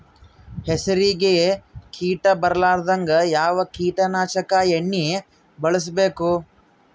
ಹೆಸರಿಗಿ ಕೀಟ ಬರಲಾರದಂಗ ಯಾವ ಕೀಟನಾಶಕ ಎಣ್ಣಿಬಳಸಬೇಕು?